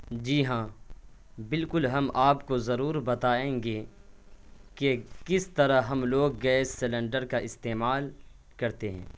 جی ہاں بالکل ہم آپ کو ضرور بتائیں گے کہ کس طرح ہم لوگ گیس سلنڈر کا استعمال کرتے ہیں